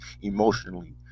emotionally